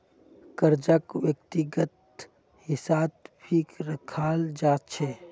कर्जाक व्यक्तिगत हिस्सात भी रखाल जा छे